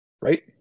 right